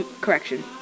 Correction